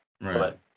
Right